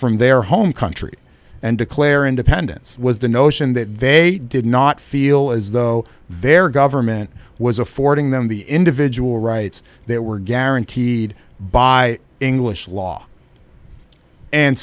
from their home country and declare independence was the notion that they did not feel as though their government was affording them the individual rights that were guaranteed by english law and